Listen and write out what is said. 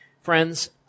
Friends